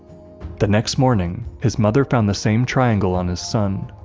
the next morning, his mother found the same triangle on his son.